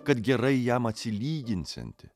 kad gerai jam atsilyginsianti